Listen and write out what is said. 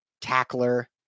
tackler